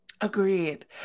Agreed